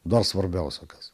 dar svarbiausia kas